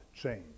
change